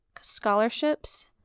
scholarships